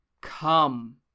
Come